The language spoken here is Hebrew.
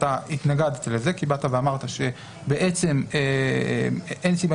אתה התנגדת לזה ואמרת שבעצם אין סיבה.